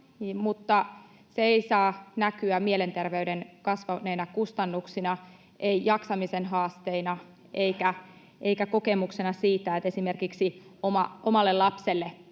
mutta se ei saa näkyä mielenterveyden kasvaneina kustannuksina, ei jaksamisen haasteina eikä kokemuksena siitä, että esimerkiksi omalle lapselle